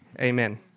Amen